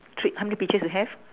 three how many peaches you have